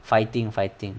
fighting fighting